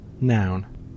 Noun